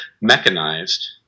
mechanized